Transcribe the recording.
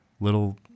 Little